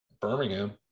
Birmingham